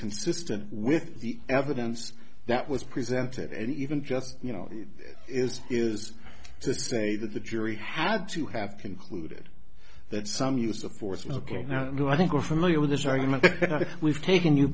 consistent with the evidence that was presented and even just you know it is is to say that the jury had to have concluded that some use of force looking now i think we're familiar with this argument we've taken you